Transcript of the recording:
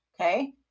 Okay